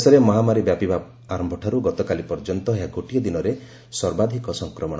ଦେଶରେ ମହାମାରୀ ବ୍ୟାପିବା ଆରମ୍ଭଠାର୍ତ ଗତକାଲି ପର୍ଯ୍ୟନ୍ତ ଏହା ଗୋଟିଏ ଦିନରେ ସର୍ବାଧିକ ସଂକ୍ରମଣ